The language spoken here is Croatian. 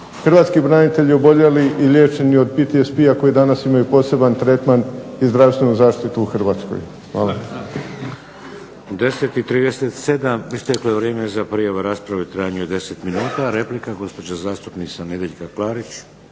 hrvatski branitelji oboljeli i liječeni od PTSP-a koji danas imaju poseban tretman i zdravstvenu zaštitu u Hrvatskoj. Hvala. **Šeks, Vladimir (HDZ)** U 10 i 37 isteklo je vrijeme za prijavu rasprave u trajanju od 10 minuta. Replika, gospođa zastupnica Nedjeljka Klarić.